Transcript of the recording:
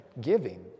giving